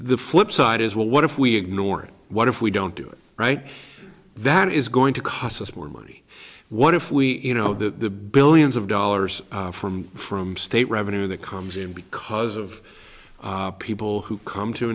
the flip side is well what if we ignore it what if we don't do it right that is going to cost us more money what if we you know the billions of dollars from from state revenue that comes in because of people who come to